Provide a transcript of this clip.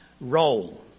role